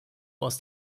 aus